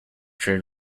trade